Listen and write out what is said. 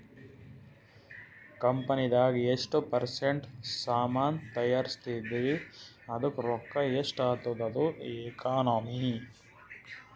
ಕಂಪನಿದಾಗ್ ಎಷ್ಟ ಪರ್ಸೆಂಟ್ ಸಾಮಾನ್ ತೈಯಾರ್ಸಿದಿ ಅದ್ದುಕ್ ರೊಕ್ಕಾ ಎಷ್ಟ ಆತ್ತುದ ಅದು ಎಕನಾಮಿ